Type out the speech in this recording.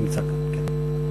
נמצא, כן.